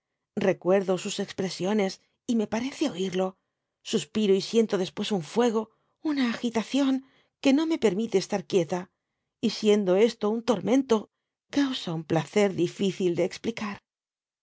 recuerdo sus expresiones y me parece oírlo suspiro y siento después un fuego una agitación que no me permite estar quieta y siendo esto un tormento causa un placer difícil de explicar